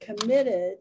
committed